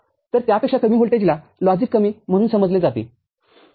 तर त्यापेक्षा कमी व्होल्टेजला लॉजिक कमी म्हणून समजले जाते ठीक आहे